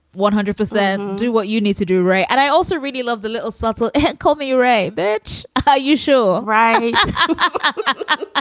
one hundred percent do what you need to do. right. and i also really love the little subtle hint. call me ray, bitch. are you sure? ryan again?